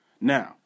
Now